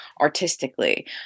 artistically